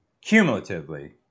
cumulatively